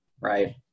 right